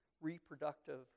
reproductive